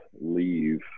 leave